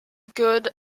good